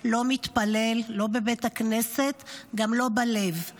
לא מתפלל / לא בבית הכנסת / גם לא בלב /